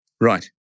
Right